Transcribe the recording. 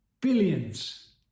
Billions